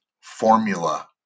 formula